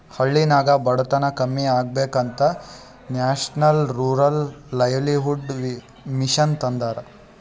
ಹಳ್ಳಿನಾಗ್ ಬಡತನ ಕಮ್ಮಿ ಆಗ್ಬೇಕ ಅಂತ ನ್ಯಾಷನಲ್ ರೂರಲ್ ಲೈವ್ಲಿಹುಡ್ ಮಿಷನ್ ತಂದಾರ